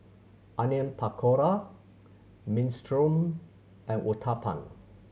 Onion Pakora Minestrone and Uthapam